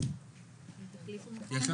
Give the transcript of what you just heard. יש לנו